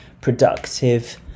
productive